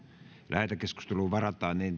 lähetekeskusteluun varataan